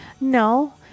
No